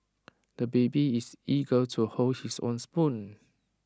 the baby is eager to hold his own spoon